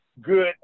good